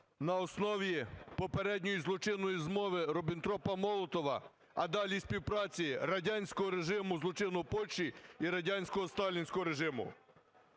на основі попередньої злочинної змови Ріббентропа-Молотова, а далі співпраці радянського режиму, злочинного, в Польщі і радянсько-сталінського режиму.